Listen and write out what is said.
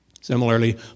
Similarly